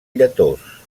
lletós